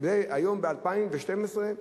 היום ב-2012,